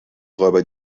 räuber